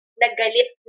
nagalit